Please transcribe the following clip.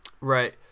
Right